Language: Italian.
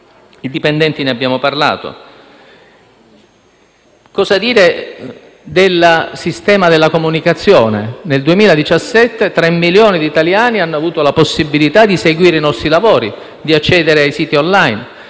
dipendenti. Cosa dire del sistema della comunicazione? Nel 2017, tre milioni di italiani hanno avuto la possibilità di seguire i nostri lavori e di accedere ai siti *online*.